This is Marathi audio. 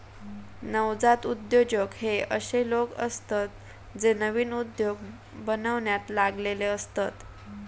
नवजात उद्योजक हे अशे लोक असतत जे नवीन उद्योग बनवण्यात लागलेले असतत